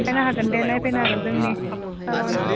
नायनो हागोन दे नायफैनो हागोन जोंनि साहा बागानखौ